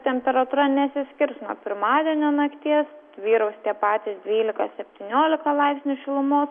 temperatūra nesiskirs nuo pirmadienio nakties vyraus tie patys dvylika septyniolika laipsnių šilumos